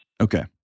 okay